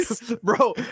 Bro